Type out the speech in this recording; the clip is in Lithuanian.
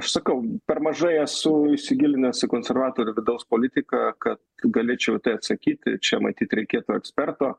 aš sakau per mažai esu įsigilinęs į konservatorių vidaus politiką kad galėčiau atsakyti čia matyt reikėtų eksperto